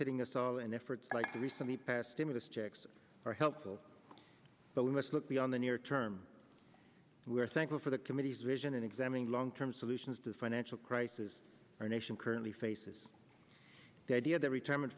hitting us all and efforts like the recently passed stimulus checks are helpful but we must look beyond the near term we are thankful for the committee's vision and examine long term solutions to the financial crisis our nation currently faces the idea that retirement